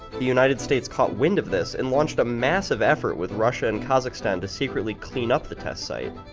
the united states caught wind of this and launched a massive effort with russia and kazakhstan to secretly clean up the test site.